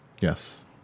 yes